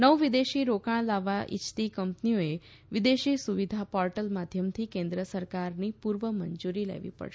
નવું વિદેશી રોકાણ લાવવા ઇચ્છતી કંપનીઓએ વિદેશી સુવિધા પોર્ટલ માધ્યમથી કેન્દ્ર સરકારની પૂર્વ મંજુરી લેવી પડશે